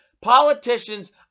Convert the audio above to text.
politicians